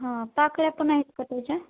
हां पाकळ्या पण आहेत का त्याच्या